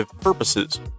purposes